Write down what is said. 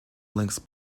links